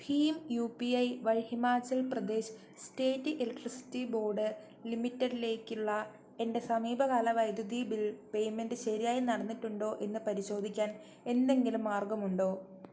Bhim U P I വഴി Himachal Pradesh state electricity board ലിമിറ്റഡിലേക്കുള്ള എൻ്റെ സമീപകാല വൈദ്യുതി ബിൽ പേയ്മെൻ്റ് ശരിയായി നടന്നിട്ടുണ്ടോ എന്ന് പരിശോധിക്കാൻ എന്തെങ്കിലും മാർഗമുണ്ടോ